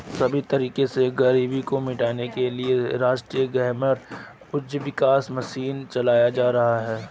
सभी तरह से गरीबी को मिटाने के लिये राष्ट्रीय ग्रामीण आजीविका मिशन चलाया जा रहा है